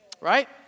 right